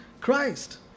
Christ